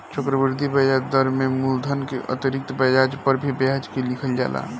चक्रवृद्धि ब्याज दर में मूलधन के अतिरिक्त ब्याज पर भी ब्याज के लिहल जाला